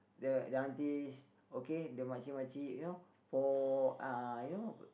the the aunties okay the makcik-makcik you know for uh you know